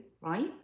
right